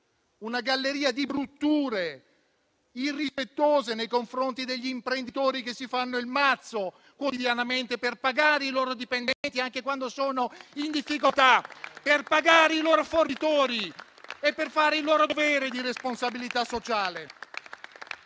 una galleria di brutture irrispettose nei confronti degli imprenditori che si fanno in quattro quotidianamente per pagare i loro dipendenti anche quando sono in difficoltà, per pagare i loro fornitori e per fare il loro dovere di responsabilità sociale.